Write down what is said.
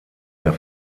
der